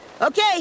Okay